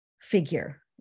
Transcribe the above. figure